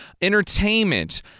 entertainment